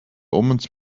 omens